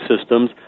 systems